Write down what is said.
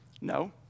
No